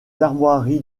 armoiries